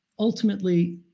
ultimately,